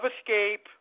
escape